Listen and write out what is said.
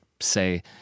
Say